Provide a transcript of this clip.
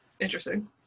Interesting